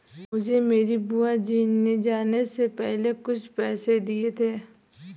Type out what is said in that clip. मुझे मेरी बुआ जी ने जाने से पहले कुछ पैसे दिए थे